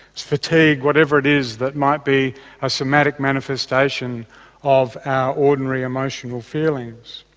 fatigue whatever it is that might be ah somatic manifestation of our ordinary emotional feelings.